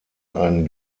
ein